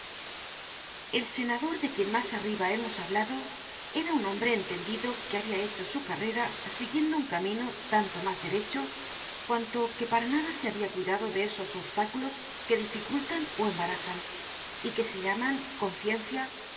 el senador de quien mas arriba hemos hablado era un hombre entendido que habia hecho su carrera siguiendo un camino tanto mas derecho cuanto que para nada se habia cuidado de esos obstáculos que dificultan ó embarazan y que se llaman